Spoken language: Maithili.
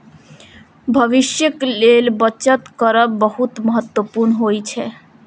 भविष्यक लेल बचत करब बहुत महत्वपूर्ण होइ छै